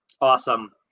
Awesome